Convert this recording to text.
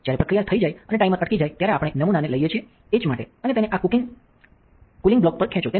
જ્યારે પ્રક્રિયા થઈ જાય અને ટાઇમર અટકી જાય ત્યારે આપણે નમૂનાને લઈએ છીએ એચ માટે અને તેને આ કૂલિંગ બ્લોક પર ખેંચો